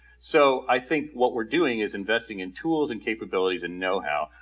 so i think what we're doing is investing in tools and capabilities and know how,